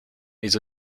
mais